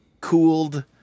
cooled